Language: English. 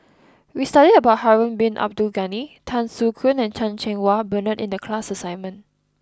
we studied about Harun bin Abdul Ghani Tan Soo Khoon and Chan Cheng Wah Bernard in the class assignment